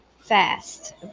fast